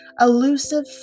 elusive